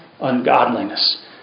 ungodliness